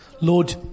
Lord